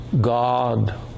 God